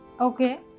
Okay